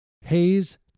Hayes